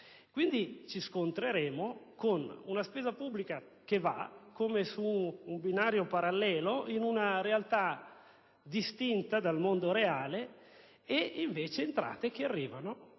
Quindi ci scontreremo con una spesa pubblica che va come su un binario parallelo, in una realtà distinta dal mondo reale, e con entrate che invece